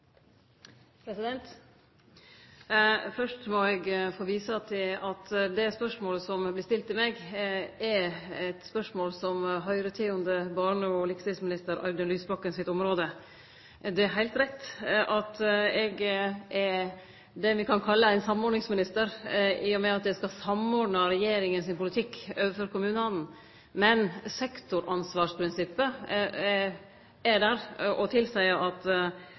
må eg få vise til at det spørsmålet som vart stilt til meg, er eit spørsmål som høyrer innunder barne-, likestillings- og inkluderingsminister Audun Lysbakkens område. Det er heilt rett at eg er det me kan kalle ein samordningsminister, i og med at eg skal samordne regjeringas politikk overfor kommunane. Men sektoransvarsprinsippet er der, og det tilseier at